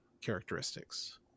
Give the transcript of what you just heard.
characteristics